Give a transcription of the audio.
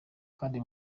kandi